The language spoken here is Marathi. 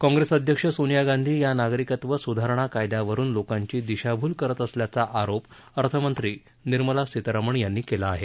काँग्रेस अध्यक्षा सोनिया गांधी या नागरिकत्व सुधारणा कायद्यावरून लोकांची दिशाभूल करत असल्याचा आरोप अर्थमंत्री निर्मला सीतारामन यांनी केला आहे